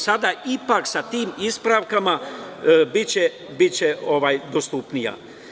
Sada sa tim ispravkama biće dostupnija.